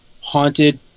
haunted